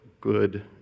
good